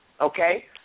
okay